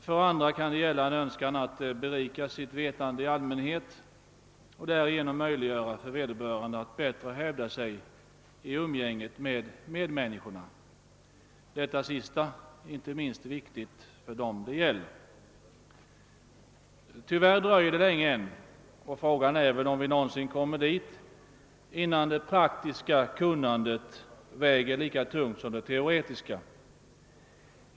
För andra kan det gälla en önskan att berika sitt vetande i allmänhet och därigenom få möjlighet att bättre hävda sig i umgänget med med människorna — det sistnämnda inte minst viktigt för dem själva. Tyvärr dröjer det länge — och frå gan är om vi någonsin kommer dit — innan det praktiska kunnandet väger lika tungt som det teoretiska.